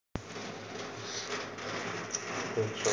माझ्या पावट्याच्या पिकांमध्ये बुरशीजन्य रोगाची लक्षणे कोणती आहेत?